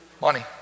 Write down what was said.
Money